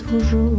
toujours